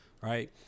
right